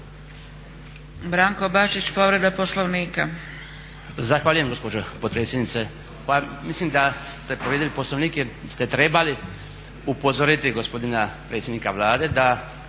Branko Bačić, povreda Poslovnika.